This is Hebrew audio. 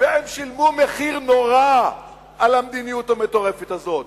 והם שילמו מחיר נורא על המדיניות המטורפת הזאת.